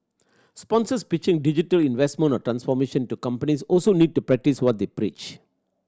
sponsors pitching digital investment or transformation to companies also need to practice what they preach